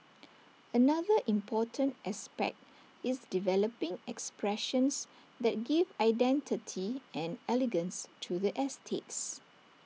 another important aspect is developing expressions that give identity and elegance to the estates